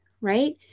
Right